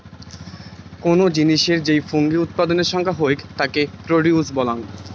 কোনো জিনিসের যেই ফুঙ্গি উৎপাদনের সংখ্যা হউক তাকে প্রডিউস বলাঙ্গ